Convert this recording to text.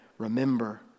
Remember